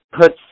puts